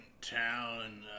town